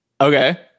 okay